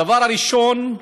הדבר הראשון,